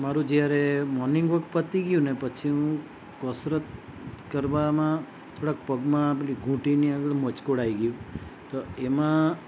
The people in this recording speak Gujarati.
મારું જ્યારે મોર્નિંગ વોક પતી ગયુંને પછી હું કસરત કરવામાં થોડાક પગમાં પેલી ઘૂંટીની આગળ મચકોડાઈ ગયું તો એમાં